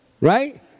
right